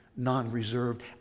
non-reserved